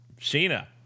Sheena